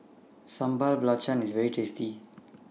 Sambal Belacan IS very tasty